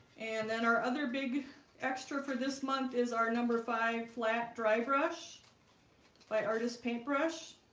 and then our other big extra for this month is our number five flat dry brush by artist paintbrush